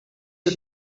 you